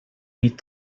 nit